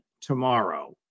tomorrow